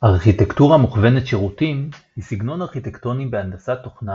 ארכיטקטורה מוכוונת-שירותים היא סגנון ארכיטקטוני בהנדסת תוכנה